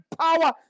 power